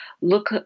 Look